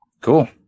Cool